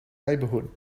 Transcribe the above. neighbourhood